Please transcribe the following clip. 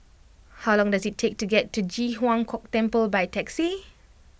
how long does it take to get to Ji Huang Kok Temple by taxi